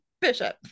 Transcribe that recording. bishop